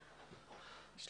על